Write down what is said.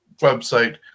website